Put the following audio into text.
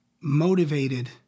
motivated